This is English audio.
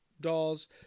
dolls